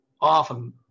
often